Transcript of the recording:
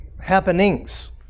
Happenings